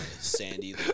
sandy